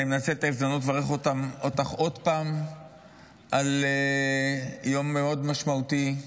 אני מנצל את ההזדמנות לברך אותך עוד פעם על יום מאוד משמעותי,